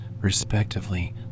respectively